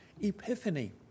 epiphany